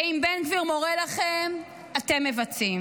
ואם בן גביר מורה לכם, אתם מבצעים.